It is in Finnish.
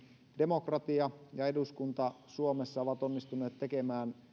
demokratia ja eduskunta suomessa ovat onnistuneet tekemään